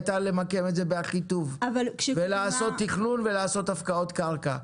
הייתה למקם את זה באחיטוב ולעשות תכנון ולעשות הפקעות קרקע.